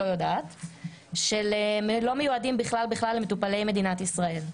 לא יודעת - שלא מיועדות למטופלי מדינת ישראל,